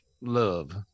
love